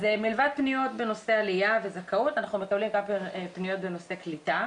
אז מלבד פניות בנושא עלייה וזכאות אנחנו מקבלים גם פניות בנושא קליטה,